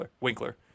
Winkler